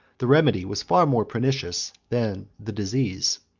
the remedy was far more pernicious than the disease.